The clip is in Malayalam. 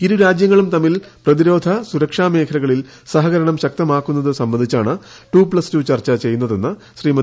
ഇരുരാജ്യങ്ങളും തമ്മിൽ പ്രതിരോധ സുരക്ഷാ മേഖലകളിൽ സഹകരണം ശക്തമാക്കുന്നത് സംബന്ധിച്ചാണ് ടു പ്ലസ് ടു ചർച്ച ചെയ്യുന്നതെന്ന് ശ്രീമതി